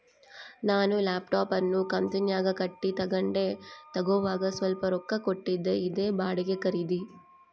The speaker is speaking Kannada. ನಾನು ಲ್ಯಾಪ್ಟಾಪ್ ಅನ್ನು ಕಂತುನ್ಯಾಗ ಕಟ್ಟಿ ತಗಂಡೆ, ತಗೋವಾಗ ಸ್ವಲ್ಪ ರೊಕ್ಕ ಕೊಟ್ಟಿದ್ದೆ, ಇದೇ ಬಾಡಿಗೆ ಖರೀದಿ